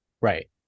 Right